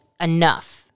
enough